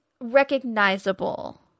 recognizable